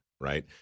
right